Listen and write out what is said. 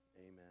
amen